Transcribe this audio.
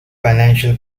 financial